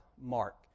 Mark